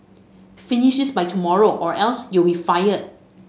finish this by tomorrow or else you'll be fired